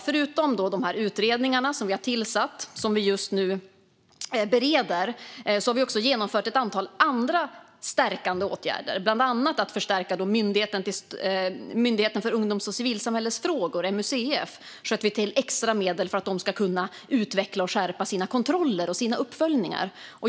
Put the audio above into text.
Förutom de utredningar som man tillsatt och som just nu är under beredning har regeringen genomfört ett antal andra stärkande åtgärder. Bland annat har vi förstärkt Myndigheten för ungdoms och civilsamhällesfrågor, MUCF. Vi har skjutit till extra medel för att de ska kunna utveckla och skärpa sina kontroller och uppföljningar.